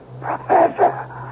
Professor